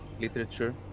literature